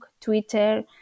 Twitter